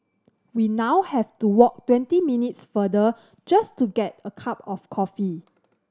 we now have to walk twenty minutes farther just to get a cup of coffee